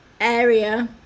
area